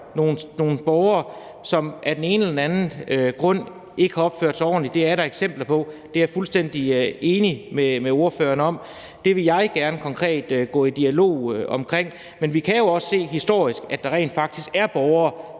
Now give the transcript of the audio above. nogle borgere, som af den ene eller den anden grund ikke har opført sig ordentligt. Det er der eksempler på. Det er jeg fuldstændig enig med ordføreren i. Det vil jeg gerne konkret gå i dialog omkring. Men vi kan jo også se historisk, at der rent faktisk er borgere,